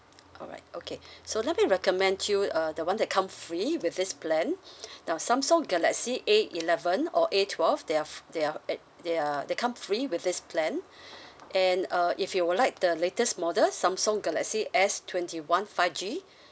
alright okay so let me recommend you uh the one that come free with this plan now samsung galaxy A eleven or A twelve they are f~ they are at their they come free with this plan and uh if you would like the latest model samsung galaxy S twenty one five G